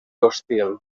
hostil